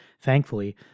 thankfully